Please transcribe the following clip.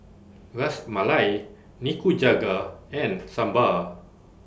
Ras Malai Nikujaga and Sambar